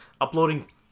Uploading